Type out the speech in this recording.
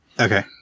Okay